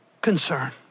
concern